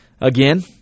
Again